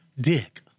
Dick